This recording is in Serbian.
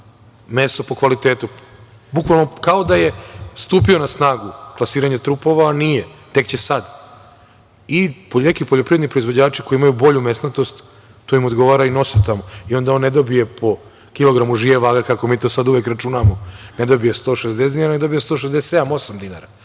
meso po kvalitetu, bukvalno kao da je stupio na snagu klasiranje trupova, a nije, tek će sada. Neki poljoprivredni proizvođači koji imaju bolju mesnatost, to im odgovara i nose tamo. Onda on ne dobije po kilogramu žive vage, kako mi to računamo, ne dobije 160 dinara, nego dobije 167, 168 dinara.